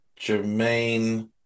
Jermaine